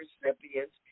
recipients